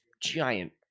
giant